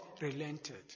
relented